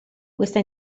questa